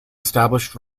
established